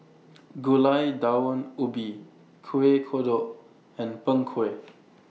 Gulai Daun Ubi Kuih Kodok and Png Kueh